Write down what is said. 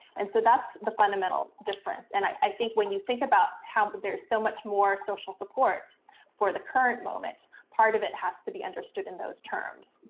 and so that's the fundamental difference. and i think when you think about how but there's so much more social support for the current moment part of it has to be understood in those terms.